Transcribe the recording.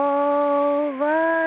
over